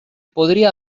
podría